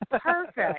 Perfect